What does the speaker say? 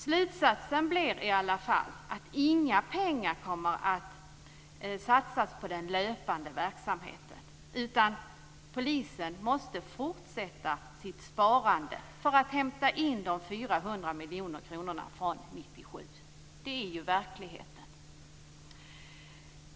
Slutsatsen blir att inga pengar kommer att satsas på den löpande verksamheten, utan polisen måste fortsätta sitt sparande för att hämta in de 400 miljoner kronorna från 1997. Det är verkligheten.